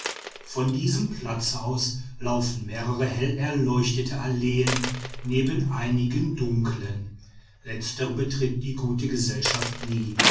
von diesem platze aus laufen mehrere hell erleuchtete alleen neben einigen dunklen letztere betritt die gute gesellschaft nie